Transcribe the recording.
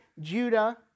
Judah